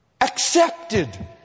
Accepted